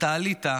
אתה עלית,